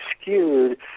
skewed